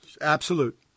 Absolute